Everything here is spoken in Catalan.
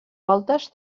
voltes